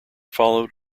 followed